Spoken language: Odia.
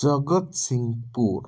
ଜଗତସିଂହପୁର